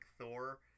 thor